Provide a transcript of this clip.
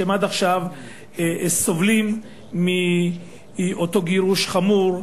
שעד עכשיו סובלים מאותו גירוש חמור,